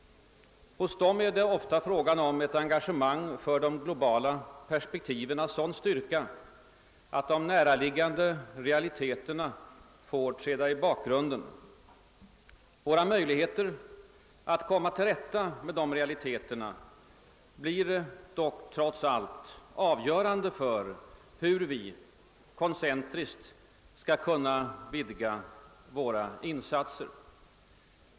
Hos den är det ofta fråga om ett engagemang för de globala perspektiven av sådan styrka att de näraliggande realiteterna får träda i bakgrunden. Våra möjligheter att komma till rätta med de realiteterna blir trots allt avgörande för hur vi koncentriskt skall kunna vidga våra insatser.